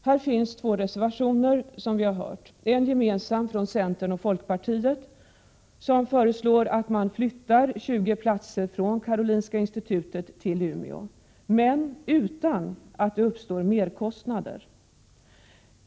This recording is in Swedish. Här finns, som vi har hört, två reservationer, varav en gemensam från centern och folkpartiet, som föreslår att man flyttar 20 platser från Karolinska institutet till Umeå men utan att det uppstår merkostnader.